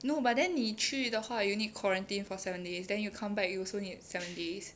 no but then 你去的话 you need quarantine for seven days then you come back you also need seven days